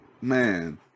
man